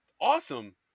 awesome